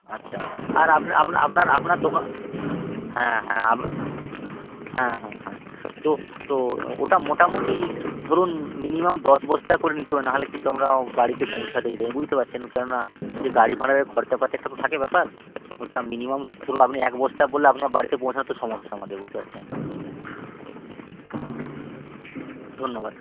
আচ্ছা আর আপনার আপনার দোকান হ্যাঁ হ্যাঁ হ্যাঁ হ্যাঁ হ্যাঁ তো তো ওটা মোটামুটি ধরুন মিনিমাম দশ বস্তা করে নিতে হবে নাহলে কিন্তু আমরা বাড়িতে পৌঁছাতে দেই বুঝতে পারছেন কেননা যে গাড়ি ভাড়া যে খরচাপাতি তো একটা থাকে ব্যাপার ওটা মিনিমাম ধরুন আপনি এক বস্তা বললে আপনার বাড়িতে পৌঁছাতে সমস্যা আমাদের বুঝতে পারছেন ধন্যবাদ